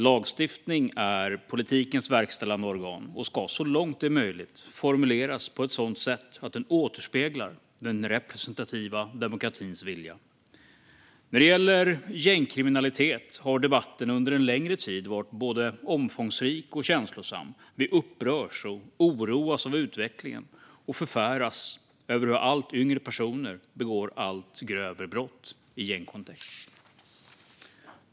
Lagstiftning är politikens verkställande organ och ska så långt det är möjligt formuleras på ett sådant sätt att den återspeglar den representativa demokratins vilja. När det gäller gängkriminalitet har debatten under en längre tid varit både omfångsrik och känslosam. Vi upprörs och oroas av utvecklingen och förfäras över hur allt yngre personer begår allt grövre brott i gängkontext.